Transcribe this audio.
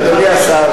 אדוני השר,